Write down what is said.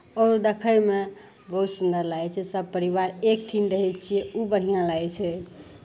ओ देखयमे बहुत सुन्दर लागै छै सभ परिवार एकठिन रहै छियै ओ बढ़िआँ लागै छै